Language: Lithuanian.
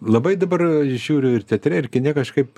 labai dabar žiūriu ir teatre ir kine kažkaip